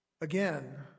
Again